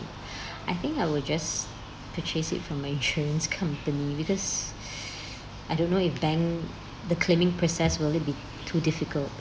I think I will just purchase it from a insurance company because I don't know if bank the claiming process will it be too difficult